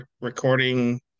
Recording